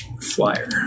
Flyer